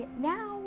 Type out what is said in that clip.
now